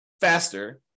faster